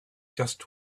just